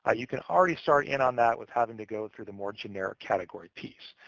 ah you can already start in on that with having to go through the more generic category piece.